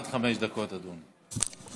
עד חמש דקות, אדוני.